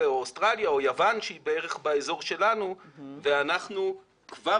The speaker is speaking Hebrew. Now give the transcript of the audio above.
או אוסטרליה או יוון שהיא בערך באזור שלנו ואנחנו כבר